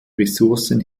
ressourcen